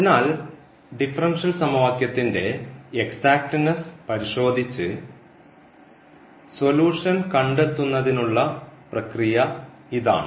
അതിനാൽ ഡിഫറൻഷ്യൽ സമവാക്യത്തിന്റെ എക്സാക്ട്നെസ്സ് പരിശോധിച്ച് സൊല്യൂഷൻ കണ്ടെത്തുന്നതിനുള്ള പ്രക്രിയ ഇതാണ്